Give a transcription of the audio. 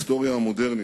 ההיסטוריה המודרנית.